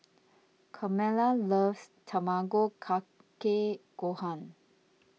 Carmela loves Tamago Kake Gohan